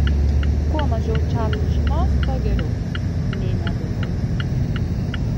kuo mažiau čarlis žinos tuo geriau nė neabejojau